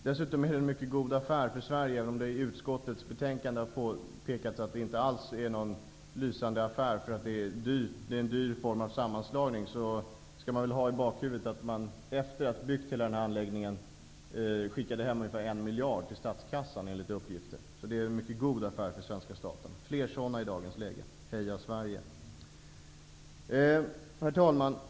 Dessutom är det en mycket god affär för Sverige, även om det i utskottets betänkande har påpekats att det inte alls är någon lysande affär, eftersom det är en dyr form av sammanslagning. Vi kan ha i bakhuvudet att man efter att ha byggt hela den här anläggningen skickade hem ungefär en miljard till statskassan enligt uppgifter. Det är en mycket god affär för svenska staten. Vi behöver fler sådana i dagens läge. Heja Sverige! Herr talman!